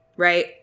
right